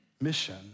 mission